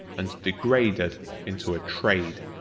and degraded into a trade.